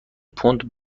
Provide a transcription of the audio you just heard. پوند